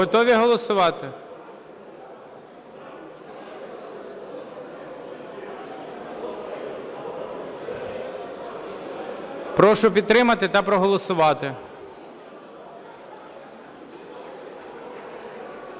Готові голосувати? Прошу підтримати та проголосувати.